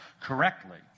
correctly